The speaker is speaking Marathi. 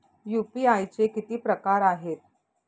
यू.पी.आय चे किती प्रकार आहेत?